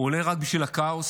הוא עולה רק בשביל הכאוס,